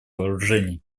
вооружений